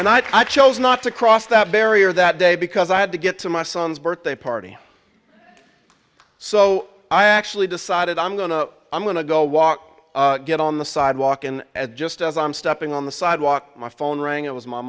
and i chose not to cross that barrier that day because i had to get to my son's birthday party so i actually decided i'm going to i'm going to go walk get on the sidewalk and at just as i'm stepping on the sidewalk my phone rang it was my